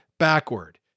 backward